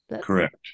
Correct